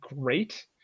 great